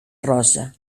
rosa